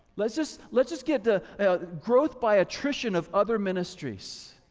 let's just let's just get the growth by attrition of other ministries.